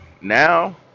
now